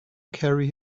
carry